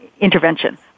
Interventions